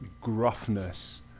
gruffness